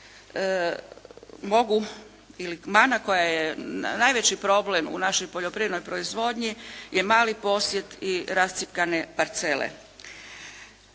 mana koja je najveći problem u našoj poljoprivrednoj proizvodnju je mali posjed i rascjepkane parcele.